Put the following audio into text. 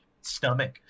stomach